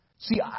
See